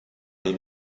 die